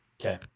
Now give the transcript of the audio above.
Okay